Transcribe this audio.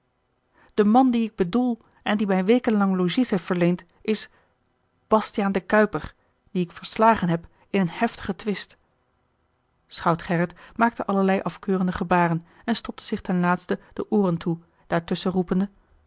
de man dien ik bedoel en die mij wekenlang logies heeft verleend is bastiaan de kuiper dien ik verslagen heb in een heftigen twist schout gerrit maakte allerlei afkeurende gebaren en stopte zich ten laatste de ooren toe